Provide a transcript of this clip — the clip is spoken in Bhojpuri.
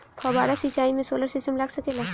फौबारा सिचाई मै सोलर सिस्टम लाग सकेला?